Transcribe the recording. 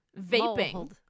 vaping